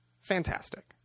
Fantastic